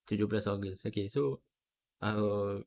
tujuh belas august okay so ah